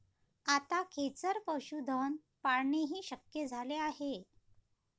आता खेचर पशुधन पाळणेही शक्य झाले आहे